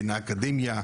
בין האקדמיה,